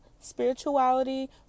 spirituality